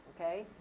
okay